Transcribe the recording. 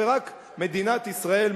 ורק מדינת ישראל,